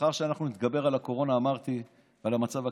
לאחר שאנחנו נתגבר על הקורונה ועל המצב הכלכלי,